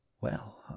Well